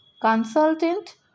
consultant